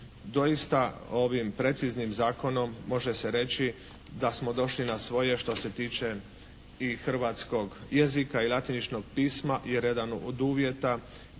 Doista ovim preciznim zakonom može se reći da smo došli na svoje što se tiče i hrvatskoj jezika i latiničnog pisma jer jedan od uvjeta